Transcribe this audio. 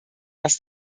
was